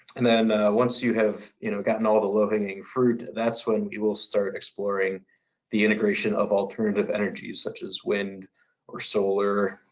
and then, once you have you know gotten all of the low-hanging fruit, that's when you will start exploring the integration of alternative energies such as wind or solar,